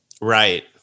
Right